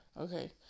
okay